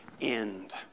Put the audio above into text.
end